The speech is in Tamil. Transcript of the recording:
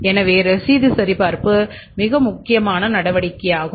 எனவே ரசீது சரிபார்ப்பு ஒரு முக்கியமான நடவடிக்கையாகும்